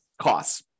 costs